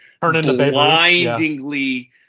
blindingly